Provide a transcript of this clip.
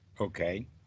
Okay